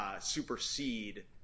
supersede